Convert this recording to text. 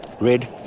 red